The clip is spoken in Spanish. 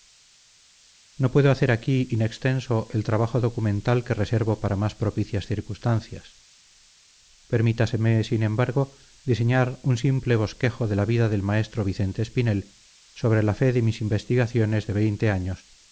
no puedo hacer aquí in extenso el trabajo documental que reservo para más propicias circunstancias permítaseme sin embargo diseñar un simple bosquejo de la vida del maestro vicente espinel sobre la fe de mis investigaciones de veinte años